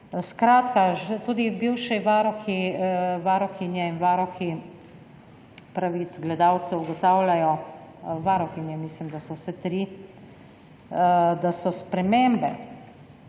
Skratka, že tudi bivši varuhinje in varuhi pravic gledalcev ugotavljajo, varuhinje, mislim, da so vse tri, da so spremembe